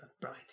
bright